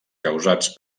causats